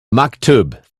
maktub